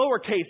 lowercase